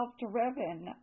self-driven